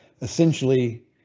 essentially